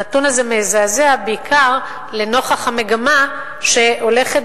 הנתון הזה מזעזע בעיקר לנוכח המגמה שהולכת